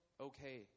okay